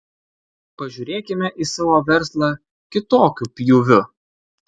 pažiūrėkime į savo verslą kitokiu pjūviu